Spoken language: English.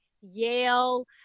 Yale